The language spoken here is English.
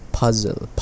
puzzle